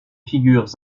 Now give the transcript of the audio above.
figures